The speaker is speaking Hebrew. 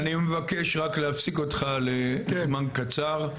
אני מבקש רק להפסיק אותך לזמן קצר,